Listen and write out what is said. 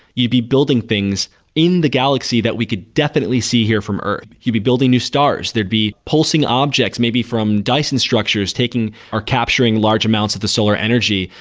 you'd be building things in the galaxy that we could definitely see here from earth. you'd be building new stars. there'd be pulsing objects, maybe from dyson structures taking, or capturing large amounts of the solar energy.